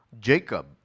Jacob